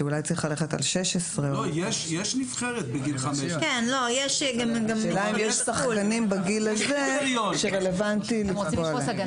שאולי צריך ללכת על 16. יש נבחרת בגיל 15. השאלה אם יש שחקנים בגיל הזה שרלוונטי לקבוע להם.